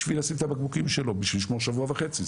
בשביל לשים את הבקבוקים שלו כדי לשמור שבוע וחצי.